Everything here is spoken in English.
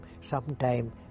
Sometime